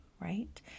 right